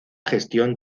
gestión